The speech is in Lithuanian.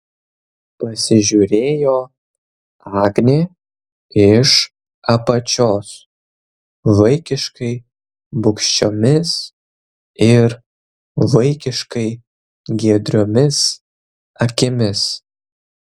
pasižiūrėjo agnė iš apačios vaikiškai bugščiomis ir vaikiškai giedriomis akimis